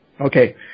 Okay